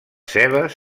cebes